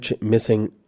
missing